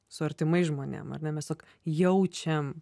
su artimais žmonėm ar ne mes jaučiam